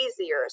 easier